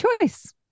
choice